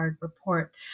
report